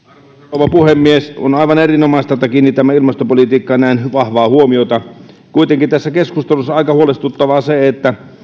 rouva puhemies on aivan erinomaista että kiinnitämme ilmastopolitiikkaan näin vahvaa huomiota kuitenkin tässä keskustelussa on aika huolestuttavaa se että